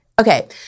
Okay